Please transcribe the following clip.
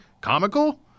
Comical